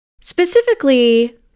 specifically